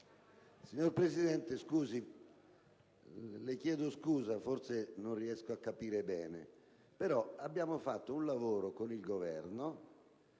Signor Presidente, le chiedo scusa, ma forse non riesco a capire bene. Abbiamo fatto un lavoro con il Governo,